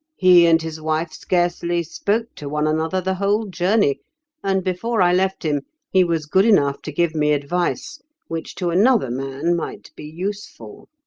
he and his wife scarcely spoke to one another the whole journey and before i left him he was good enough to give me advice which to another man might be useful.